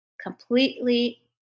completely